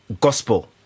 gospel